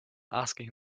asking